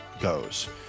goes